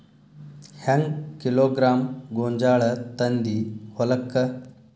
ಹೆಂಗ್ ಕಿಲೋಗ್ರಾಂ ಗೋಂಜಾಳ ತಂದಿ ಹೊಲಕ್ಕ?